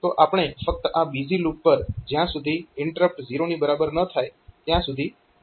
તો આપણે ફક્ત આ બીઝી લૂપ પર જ્યાં સુધી INTR 0 ની બરાબર ન થાય ત્યાં સુધી WAIT કરી રહ્યા છીએ